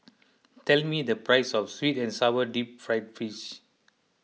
tell me the price of Sweet and Sour Deep Fried Fish